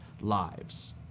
lives